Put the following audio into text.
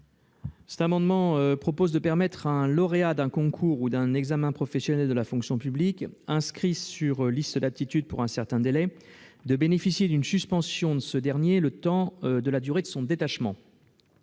Cet amendement vise à permettre au lauréat d'un concours ou d'un examen professionnel de la fonction publique inscrit sur liste d'aptitude pour un certain délai de bénéficier d'une suspension de ce délai pendant la durée de son détachement.